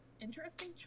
Interesting